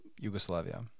Yugoslavia